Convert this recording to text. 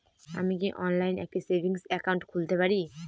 আমি কি অনলাইন একটি সেভিংস একাউন্ট খুলতে পারি?